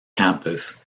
campus